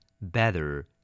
better